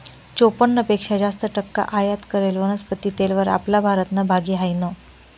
चोपन्न पेक्शा जास्त टक्का आयात करेल वनस्पती तेलवर आपला भारतनं भागी हायनं